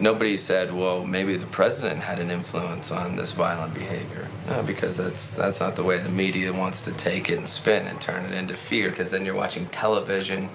nobody said well maybe the president had an influence on this violent behavior because it's that's not the way the media wants to take it and spin and turn it into fear because then you're watching television.